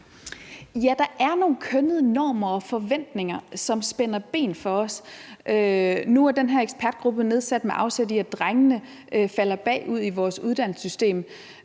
Ja, der er nogle kønnede normer og forventninger, som spænder ben for os. Nu er den her ekspertgruppe nedsat, med afsæt i at drengene falder bagud i vores uddannelsessystem.